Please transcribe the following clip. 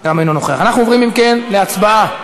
מוותר.